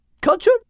culture